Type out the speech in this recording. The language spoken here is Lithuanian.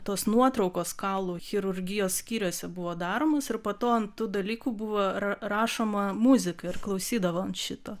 tos nuotraukos kaulų chirurgijos skyriuose buvo daromos ir po to ant tų dalykų buvo ra rašoma muzika ir klausydavo ant šito